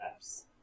apps